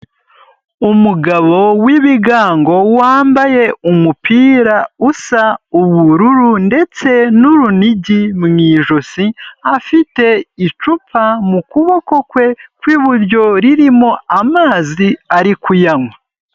Umugabo w'ibigango wambaye umupira usa ubururu ndetse n'urunigi mu ijosi, afite icupa mu kuboko kwe kw'iburyo ririmo amazi ari kuyanywa.